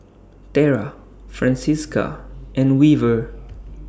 Tera Francisca and Weaver